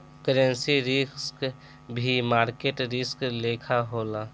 currency risk भी market risk लेखा होला